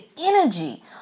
energy